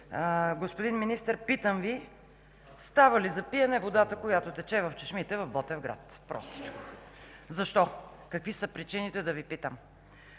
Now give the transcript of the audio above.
Господин Министър, питам Ви: става ли за пиене водата, която тече от чешмите в Ботевград? Защо? Какви са причините да Ви питам?